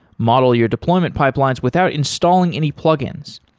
model your deployment pipelines without installing any plug-ins.